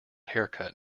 haircut